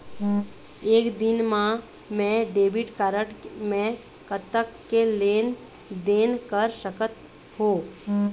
एक दिन मा मैं डेबिट कारड मे कतक के लेन देन कर सकत हो?